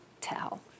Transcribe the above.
tell